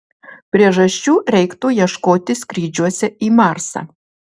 priežasčių reiktų ieškoti skrydžiuose į marsą